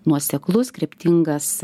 nuoseklus kryptingas